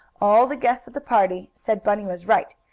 all the guests at the party said bunny was right,